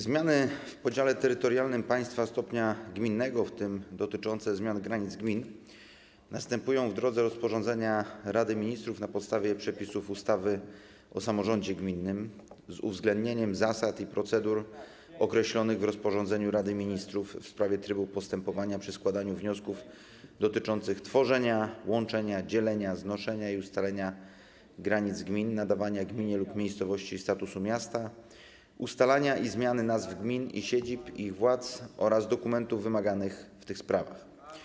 Zmiany w podziale terytorialnym państwa stopnia gminnego, w tym dotyczące zmian granic gmin, następują w drodze rozporządzenia Rady Ministrów, na podstawie przepisów ustawy o samorządzie gminnym i z uwzględnieniem zasad i procedur określonych w rozporządzeniu Rady Ministrów w sprawie trybu postępowania przy składaniu wniosków dotyczących tworzenia, łączenia, dzielenia, znoszenia i ustalania granic gmin, nadawania gminie lub miejscowości statusu miasta, ustalania i zmiany nazw gmin i siedzib ich władz oraz dokumentów wymaganych w tych sprawach.